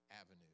avenue